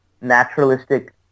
naturalistic